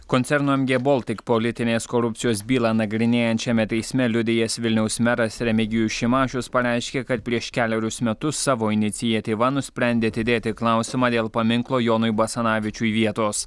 koncerno em gie boltik politinės korupcijos bylą nagrinėjančiame teisme liudijęs vilniaus meras remigijus šimašius pareiškė kad prieš kelerius metus savo iniciatyva nusprendė atidėti klausimą dėl paminklo jonui basanavičiui vietos